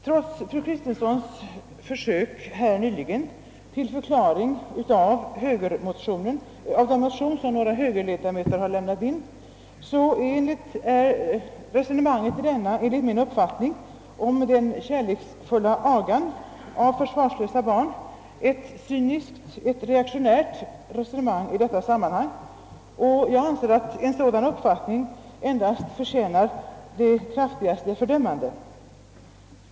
Trots fru Kristenssons försök nyss att förklara den motion som några högerledamöter väckt är resonemanget i den motionen om den kärleksfulla agan av försvarslösa barn enligt min mening ett cyniskt, reaktionärt resonemang, och jag anser att en sådan uppfattning förtjänar det kraftigaste fördömande.